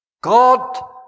God